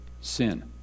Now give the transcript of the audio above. sin